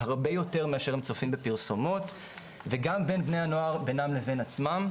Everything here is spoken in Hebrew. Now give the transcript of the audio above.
הרבה יותר מאשר הם צופים בפרסומות וגם בין בני הנוער בינם לבין עצמם,